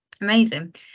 amazing